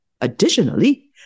Additionally